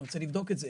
אני רוצה לבדוק את זה,